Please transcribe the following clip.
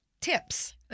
tips